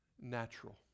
natural